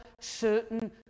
certain